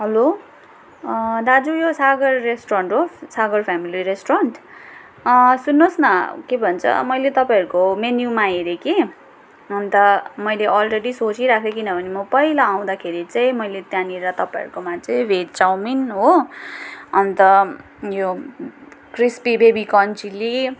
hello दाजु यो Sagar restaurant हो सागर फेमिली रेस्टुरन्ट सुन्नुहोस् न के भन्छ मैले तपाईँहरूको मेन्युमा हेरेँ कि अन्त मैलै अलरेडी सोँचिरहेको थिएँ किनभने म पहिला आउँदाखेरि चाहिँ मैले त्यहाँनिर तपाईँहरूकोमा चाहिँ भेज चौमिन हो अन्त यो क्रिस्पी बेबीकर्न चिल्ली